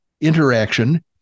interaction